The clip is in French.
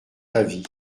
pavie